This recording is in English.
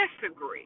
disagree